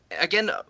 Again